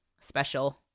special